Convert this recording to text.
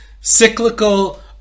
cyclical